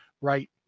Right